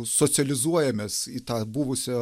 socializuojamės į tą buvusią